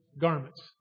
garments